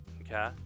Okay